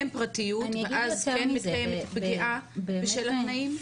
אין פרטיות ואז כן מתקיימת פגיעה בשל התנאים?